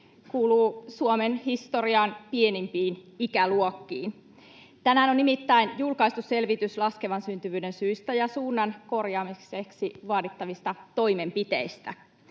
kuuluu Suomen historian pienimpiin ikäluokkiin. Tänään on julkaistu selvitys laskevan syntyvyyden syistä ja suunnan korjaamiseksi vaadittavista toimenpiteistä.